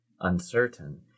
uncertain